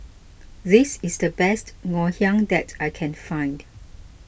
this is the best Ngoh Hiang that I can find